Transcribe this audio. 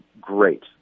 great